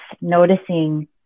noticing